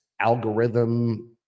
algorithm